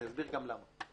אני אסביר גם למה.